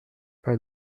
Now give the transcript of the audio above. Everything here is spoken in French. pas